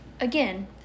again